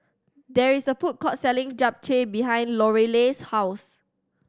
there is a food court selling Japchae behind Lorelei's house